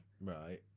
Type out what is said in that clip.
Right